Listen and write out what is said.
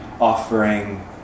offering